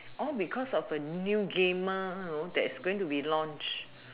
all because of a new game that's going to be launched